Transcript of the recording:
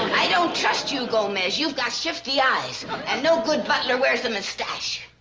i don't trust you, gomez, you've got shifty eyes and no good butler wears a moustache.